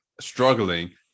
struggling